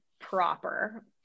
proper